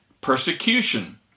persecution